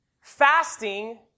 Fasting